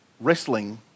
wrestling